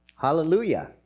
hallelujah